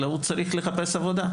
אלא הוא צריך לחפש עבודה,